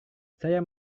saya